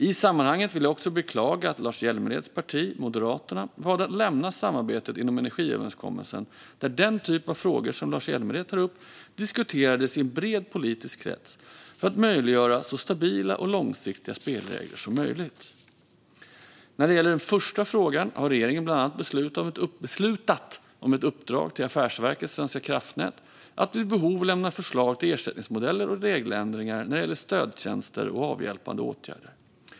I sammanhanget vill jag också beklaga att Lars Hjälmereds parti, Moderaterna, valde att lämna samarbetet inom energiöverenskommelsen där den typ av frågor som Lars Hjälmered tar upp diskuterades i en bred politisk krets för att möjliggöra så stabila och långsiktiga spelregler som möjligt. När det gäller den första frågan har regeringen bland annat beslutat om ett uppdrag till Affärsverket svenska kraftnät att vid behov lämna förslag till ersättningsmodeller och regeländringar när det gäller stödtjänster och avhjälpande åtgärder.